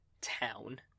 town